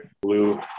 Blue